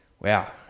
Wow